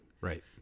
Right